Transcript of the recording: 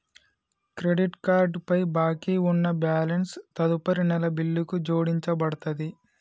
credit card పై బాకీ ఉన్న బ్యాలెన్స్ తదుపరి నెల బిల్లుకు జోడించబడతది